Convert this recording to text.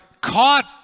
caught